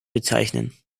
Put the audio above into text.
bezeichnen